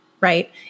right